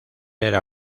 era